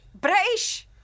British